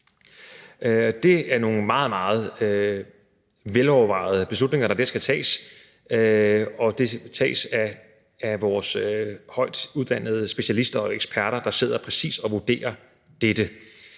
Det er nogle meget, meget velovervejede beslutninger, der dér skal tages, og de skal tages af vores højtuddannede specialister og eksperter, der præcis sidder og vurderer dette.